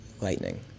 lightning